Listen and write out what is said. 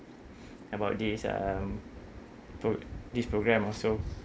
about this um pro~ this programme also